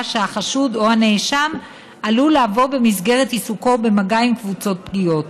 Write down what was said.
שהחשוד או הנאשם עלול במסגרת עיסוקו לבוא במגע עם קבוצות פגיעות.